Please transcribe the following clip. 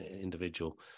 individual